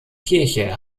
kirche